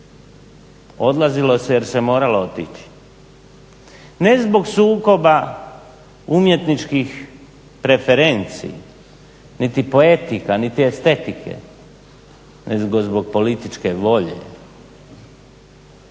odlazilo se jer se moralo otići, ne zbog sukoba umjetničkih referenci niti poetika niti estetike nego zbog političke volje.